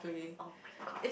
[oh]-my-god